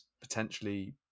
potentially